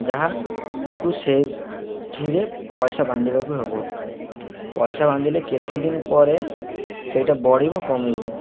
ଯାହାକୁ ସେଇଥିରେ ପଇସା ବାନ୍ଧିବାକୁ ହେବ ପଇସା ବାନ୍ଧିଲେ କେତେ ଦିନ ପରେ ସେଇଟା ବଢ଼ିବ କମିବ